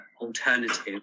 alternative